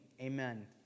Amen